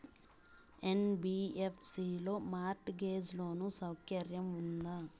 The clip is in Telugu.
యన్.బి.యఫ్.సి లో మార్ట్ గేజ్ లోను సౌకర్యం ఉందా?